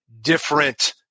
different